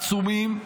עצומים,